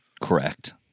correct